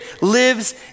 lives